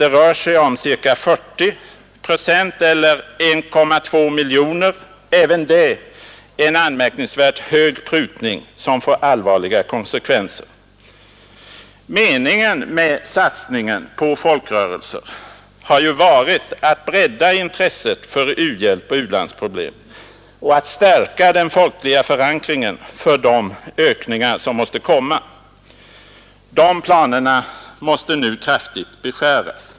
Det rör sig om ca 40 procent eller 1,2 miljoner kronor, även det en anmärkningsvärt hög prutning som får allvarliga konsekvenser. Meningen med satsningen på folkrörelser har ju varit att bredda intresset för u-hjälp och u-landsproblem och att stärka den folkliga förankringen för de anslagsökningar som måste komma. De planerna måste nu kraftigt beskäras.